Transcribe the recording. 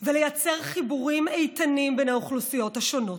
ולייצר חיבורים איתנים בין האוכלוסיות השונות.